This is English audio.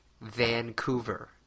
Vancouver